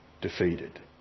defeated